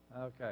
Okay